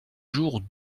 jour